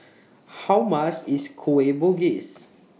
How Mass IS Kueh Bugis